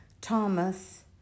Thomas